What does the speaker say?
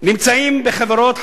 מהם נמצאים בחברות,